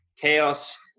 chaos